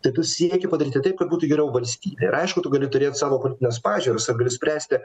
tai tu sieki padaryti taip kad būtų geriau valstybei ir aišku tu gali turėt savo politines pažiūras ar gali spręsti